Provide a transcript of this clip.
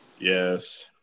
Yes